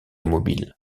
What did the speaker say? mobile